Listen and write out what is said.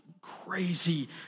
crazy